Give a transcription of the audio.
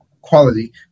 quality